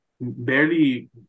barely